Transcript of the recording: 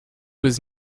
was